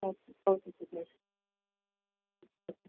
okay okay sir சரி